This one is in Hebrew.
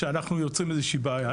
שאנחנו יוצרים איזושהי בעיה.